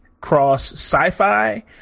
cross-sci-fi